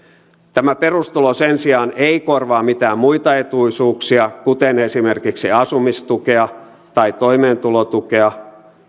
tämä perustulo sen sijaan ei korvaa mitään muita etuisuuksia kuten esimerkiksi asumistukea tai toimeentulotukea